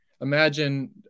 imagine